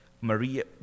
Maria